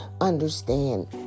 understand